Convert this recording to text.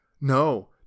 No